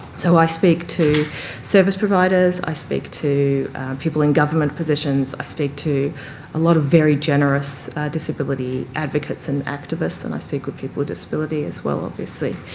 so i speak to service providers, i speak to people in government positions, i speak to a lot of very generous disability advocates and activists, and i speak with people with disability as well, obviously.